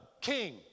king